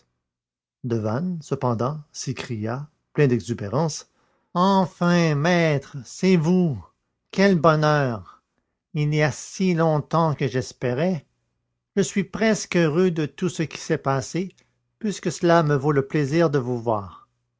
devanne cependant s'écria plein d'exubérance enfin maître c'est vous quel bonheur il y a si longtemps que j'espérais je suis presque heureux de tout ce qui s'est passé puisque cela me vaut le plaisir de vous voir